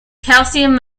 calcium